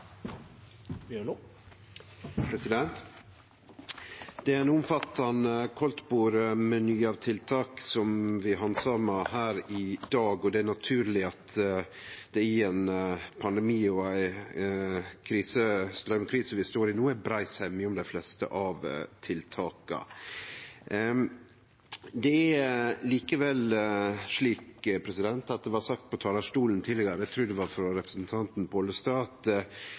ein omfattande kaldtbordmeny av tiltak vi handsamar her i dag, og det er naturleg at det i ein pandemi og ei straumkrise som vi står i no, er brei semje om dei fleste av tiltaka. Det er likevel slik som det blei sagt på talarstolen tidlegare, eg trur det var av representanten